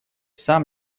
сам